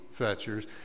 fetchers